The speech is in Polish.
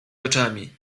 oczami